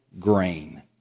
grain